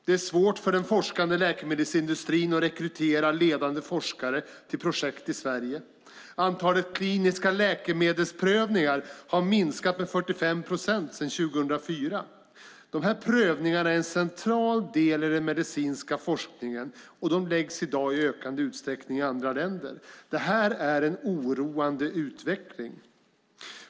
Det är svårt för den forskande läkemedelsindustrin att rekrytera ledande forskare till projekt i Sverige. Antalet kliniska läkemedelsprövningar har minskat med 45 procent sedan 2004. Dessa prövningar är en central del i den medicinska forskningen, och de läggs i ökande utsträckning i andra länder. Detta är en oroande utveckling.